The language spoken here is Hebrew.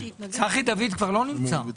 צחי דוד כבר לא נמצא.